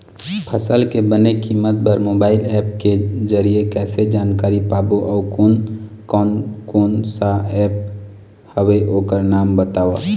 फसल के बने कीमत बर मोबाइल ऐप के जरिए कैसे जानकारी पाबो अउ कोन कौन कोन सा ऐप हवे ओकर नाम बताव?